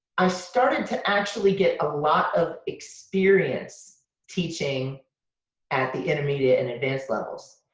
i started to actually get a lot of experience teaching at the intermediate and advanced levels.